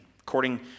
According